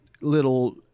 little